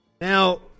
Now